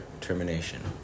termination